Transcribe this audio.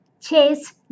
Chase